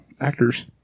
actors